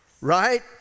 Right